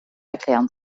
erklären